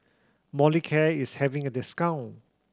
Molicare is having a discount